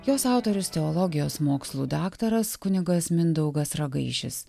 jos autorius teologijos mokslų daktaras kunigas mindaugas ragaišis